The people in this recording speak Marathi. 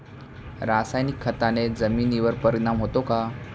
रासायनिक खताने जमिनीवर परिणाम होतो का?